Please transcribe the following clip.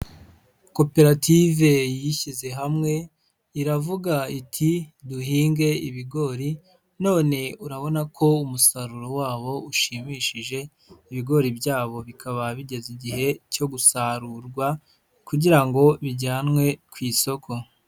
Koperative yishyize hamwe iravuga iti: "Duhinge ibigori. " None urabona ko umusaruro wabo ushimishije ibigori byabo bikaba bigeze igihe cyo gusarurwa kugira ngo bijyanwe ku isoko.